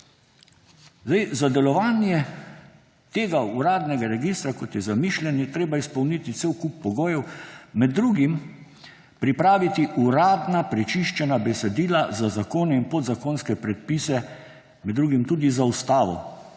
Za delovanje uradnega registra, kot je zamišljen, je treba izpolniti cel kup pogojev, med drugim pripraviti uradna prečiščena besedila za zakone in podzakonske predpise, med drugim tudi za ustavo.